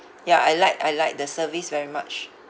ya I like I like the service very much